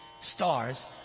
stars